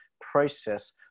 process